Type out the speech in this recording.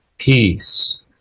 Peace